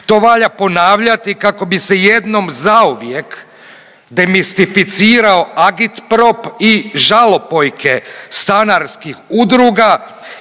To valja ponavljati kako bi se jednom zauvijek demistificirao agitprop i žalopojke stanarskih udruga